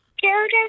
Children